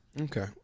Okay